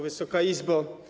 Wysoka Izbo!